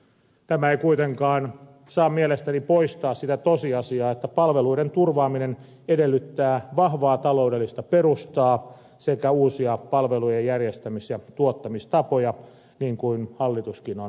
tämä ei kuitenkaan saa mielestäni poistaa sitä tosiasiaa että palveluiden turvaaminen edellyttää vahvaa taloudellista perustaa sekä uusia palvelujen järjestämis ja tuottamistapoja niin kuin hallituskin on linjannut